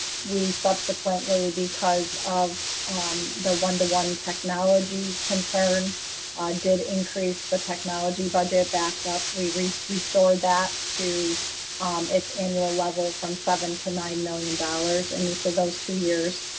we subsequently because of the one to one technology concern did increase the technology budget back up. we we restored that to its annual level from seven to nine million dollars in each of those two years.